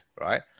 right